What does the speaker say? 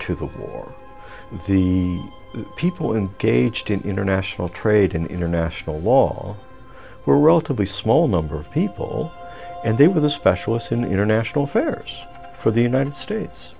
to the war the people in gage didn't international trade in international law were relatively small number of people and they were the specialists in international affairs for the united states